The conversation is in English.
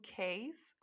case